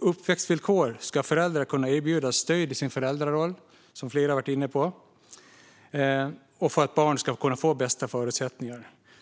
uppväxtvillkor ska föräldrar kunna erbjudas stöd i sin föräldraroll för att barn ska få de bästa förutsättningarna. Detta har flera varit inne på.